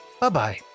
Bye-bye